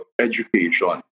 education